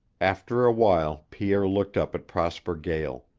after a while pierre looked up at prosper gael.